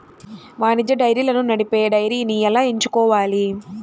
వాణిజ్య డైరీలను నడిపే డైరీని ఎలా ఎంచుకోవాలి?